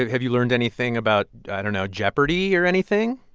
have you learned anything about i don't know jeopardy! or anything?